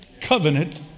Covenant